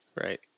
Right